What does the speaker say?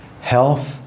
health